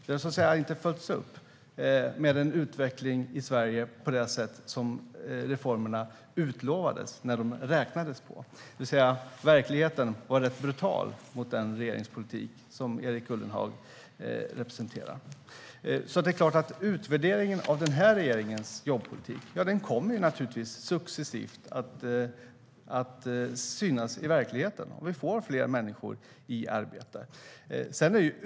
Beräkningarna har inte följts upp med en utveckling i Sverige av det slag som man utlovade när man gjorde reformerna. Verkligheten har varit rätt brutal mot den regeringspolitik som Erik Ullenhag representerar. Utvärderingen av den nuvarande regeringens jobbpolitik kommer naturligtvis successivt att synas i verkligheten genom att vi får fler människor i arbete.